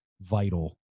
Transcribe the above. vital